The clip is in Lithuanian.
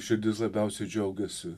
širdis labiausiai džiaugiasi